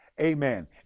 amen